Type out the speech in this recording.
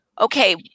Okay